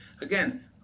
Again